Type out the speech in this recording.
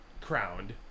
crowned